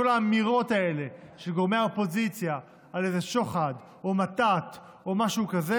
כל האמירות האלה של גורמי האופוזיציה על איזה שוחד או מתת או משהו כזה